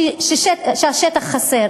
שהשטח חסר,